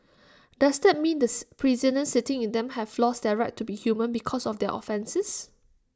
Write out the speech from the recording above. does that mean the prisoners sitting in them have lost their right to be human because of their offences